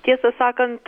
tiesą sakant